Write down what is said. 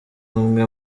umwe